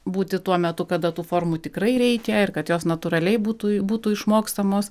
būti tuo metu kada tų formų tikrai reikia ir kad jos natūraliai būtui būtų išmokstamos